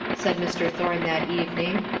said mr. thorne that evening,